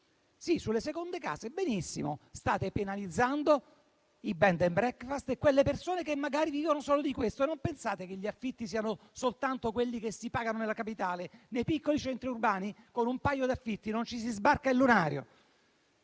se sulle seconde case. Va benissimo, ma state penalizzando i *bed and breakfast* e quelle persone che magari vivono solo di questo. Non pensiate che gli affitti siano soltanto quelli che si pagano nella Capitale: nei piccoli centri urbani, con un paio di affitti non ci si sbarca il lunario.